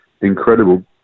incredible